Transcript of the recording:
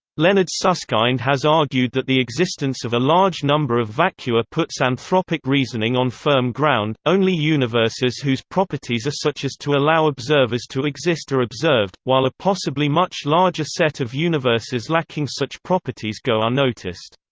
leonard susskind has argued that the existence of a large number of vacua puts anthropic reasoning on firm ground only universes whose properties are such as to allow observers to exist are observed, while a possibly much larger set of universes lacking such properties go unnoticed.